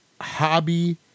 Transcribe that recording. Hobby